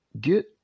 Get